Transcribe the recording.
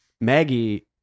Maggie